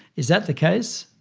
is that the case?